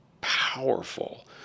powerful